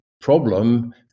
problem